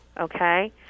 Okay